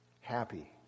happy